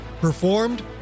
Performed